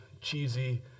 cheesy